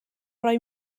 roi